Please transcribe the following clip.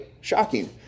Shocking